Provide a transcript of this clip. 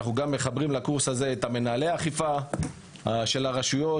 אנחנו גם מחברים לקורס הזה את מנהלי האכיפה של הרשויות.